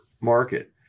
market